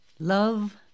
Love